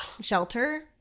shelter